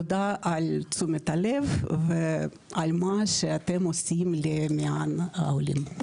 תודה על תשומת הלב ועל מה שאתם עושים למען העולים.